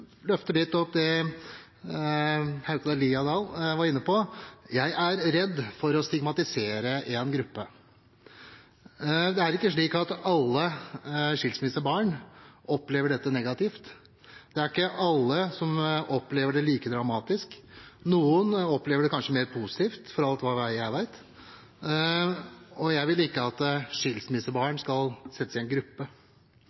det Haukeland Liadal var inne på, for jeg er redd for å stigmatisere en gruppe. Det er ikke slik at alle skilsmissebarn opplever dette negativt. Det er ikke alle som opplever det like dramatisk. Noen opplever det kanskje mer positivt, for alt hva jeg vet, og jeg vil ikke at skilsmissebarn skal settes i én gruppe.